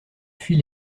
fuit